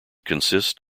consist